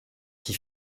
qui